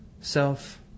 Self